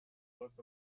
läuft